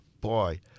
boy